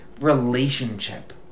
relationship